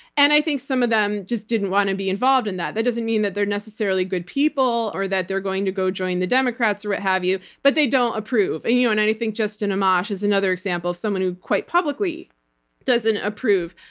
and i think some of them just didn't want to be involved in that. that doesn't mean that they're necessarily good people, or that they're going to go join the democrats or what have you, but they don't approve. and and i think justin amash is another example of someone who quite publicly doesn't approve.